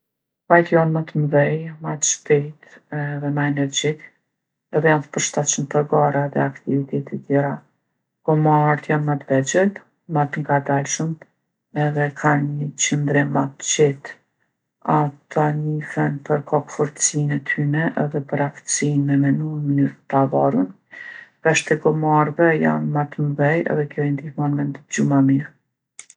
Kuajt jon ma t'mdhej, ma t'shpejtë edhe ma energjik edhe janë të përshtatshëm për gara edhe aktivitete tjera. Gomartë janë ma t'vegjël, ma të ngadalshëm edhe e kanë nji qëndrim ma t'qetë. Ata njifen për kokfortsinë e tyne edhe për aftësinë me menu n'mënyrë të pavarun. Veshtë e gomarve janë ma t'mdhej edhe kjo i ndihmon me ndëgju ma mirë.